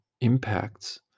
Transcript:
impacts